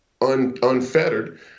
unfettered